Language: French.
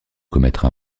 commettre